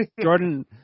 Jordan